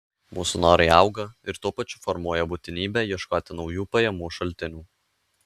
mūsų norai auga ir tuo pačiu formuoja būtinybę ieškoti naujų pajamų šaltinių